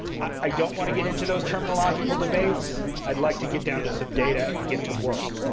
i don't want to get into those terminalogical debates. i'd like to get down to some data and to get to work.